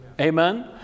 Amen